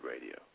Radio